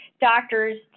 doctors